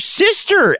sister